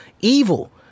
evil